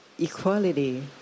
equality